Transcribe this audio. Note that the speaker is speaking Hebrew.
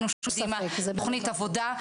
שועטים קדימה בתוכנית עבודה,